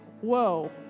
Whoa